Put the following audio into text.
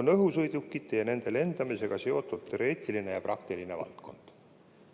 on õhusõidukite ja nende lendamisega seotud teoreetiline ja praktiline valdkond.